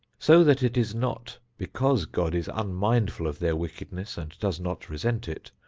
so that it is not because god is unmindful of their wickedness and does not resent it,